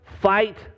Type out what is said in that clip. fight